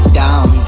down